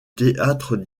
théâtre